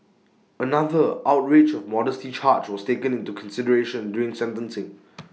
another outrage of modesty charge was taken into consideration during sentencing